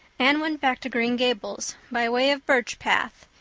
anne went back to green gables by way of birch path,